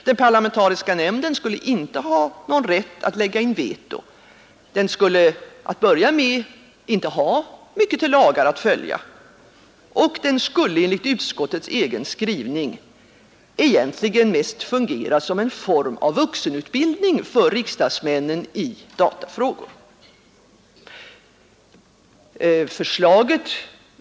Den parlamentariska nämnden skulle inte ha någon rätt att lägga in veto, den skulle till att börja med inte ha mycket till lagar att följa och den skulle enligt utskottets egen skrivning egentligen mest fungera som en form av vuxenutbildning för riksdagsmännen i datafrågor.